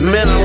Men